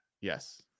Yes